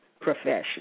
profession